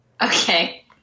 Okay